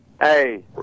Hey